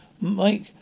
Mike